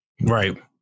Right